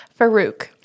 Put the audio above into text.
Farouk